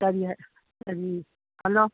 ꯀꯔꯤ ꯀꯔꯤ ꯍꯜꯂꯣ